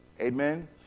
Amen